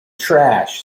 trash